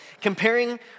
comparing